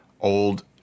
old